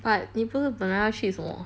but 你不是本来要去什么